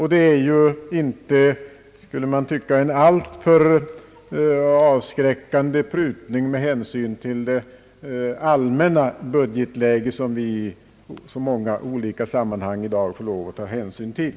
Det är, skulle man tycka, en inte alltför avskräckande prutning med hänsyn till det allmänna budgetläget som vi i så många olika sammanhang i dag får ta hänsyn till.